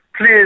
please